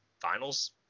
finals